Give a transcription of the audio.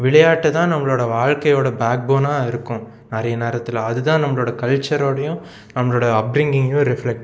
விளையாட்டு தான் நம்ளோடய வாழ்க்கையோடய பேக் போனாக இருக்கும் நிறைய நேரத்தில் அது தான் நம்ளோடய கல்ச்சரோடையும் நம்ளோடய அப்ரிங்கிங்கையும் ரிஃப்ளெக்ட்